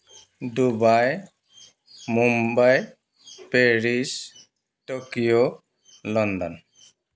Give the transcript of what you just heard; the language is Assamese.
Dubai Mumbai Paris Tokyo London